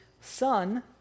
son